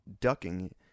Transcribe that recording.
ducking